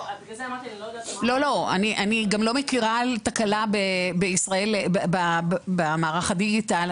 אני גם לא מכירה תקלה במערך הדיגיטל.